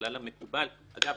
הכלל המקובל אגב,